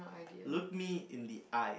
look me in the eye